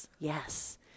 Yes